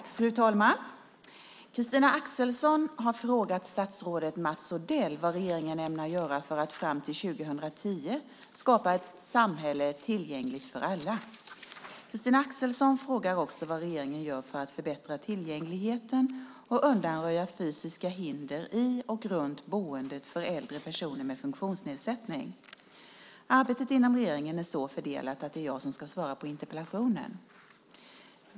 Fru talman! Christina Axelsson har frågat statsrådet Mats Odell vad regeringen ämnar göra för att fram till 2010 skapa ett samhälle tillgängligt för alla. Christina Axelsson frågar också vad regeringen gör för att förbättra tillgängligheten och undanröja fysiska hinder i och runt boendet för äldre personer med funktionsnedsättning. Arbetet inom regeringen är så fördelat att det är jag som ska svara på interpellationen.